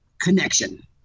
Connection